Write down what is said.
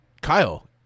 Kyle